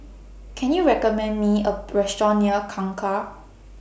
Can YOU recommend Me A Restaurant near Kangkar